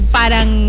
parang